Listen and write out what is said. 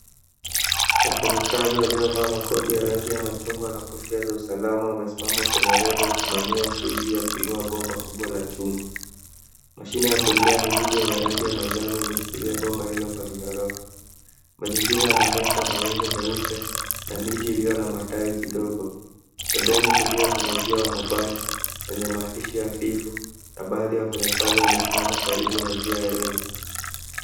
Wafanyikazi waliovaa makoti ya rangi ya machungwa na kofia za usalama wamesimama kwenye reli wakisimamia shughuli ya kuinia bomba kubwa la chuma. Mashine ya kuinulia mizigo yenye rangi ya majano imeshikilia bomba hilo kwa minyororo. Mazingira yananyesha mawingu meupe na miti iliyo na matawi kidogo. Pembeni kulia kuna uzio wa mabati wenye maandishi hafifu na baadhi ya wafanyakazi wamesimama karibu na njia ya reli.